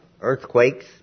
earthquakes